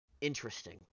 interesting